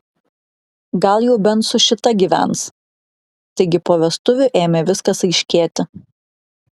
gal jau bent su šita gyvens taigi po vestuvių ėmė viskas aiškėti